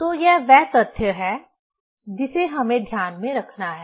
तो यह वह तथ्य है जिसे हमें ध्यान में रखना है